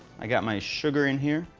i got my sugar in here.